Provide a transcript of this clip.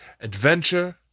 adventure